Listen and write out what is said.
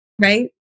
right